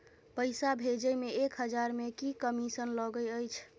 पैसा भैजे मे एक हजार मे की कमिसन लगे अएछ?